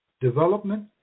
Development